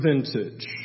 vintage